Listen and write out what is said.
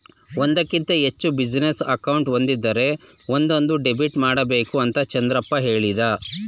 ಒಂದಕ್ಕಿಂತ ಹೆಚ್ಚು business account ಒಂದಿದ್ದರೆ ಒಂದೊಂದು ಡೆಬಿಟ್ ಮಾಡಬೇಕು ಅಂತ ಚಂದ್ರಪ್ಪ ಹೇಳಿದ